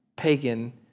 pagan